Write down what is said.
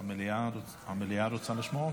לשמוע אותך.